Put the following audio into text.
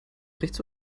rechts